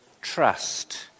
trust